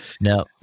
No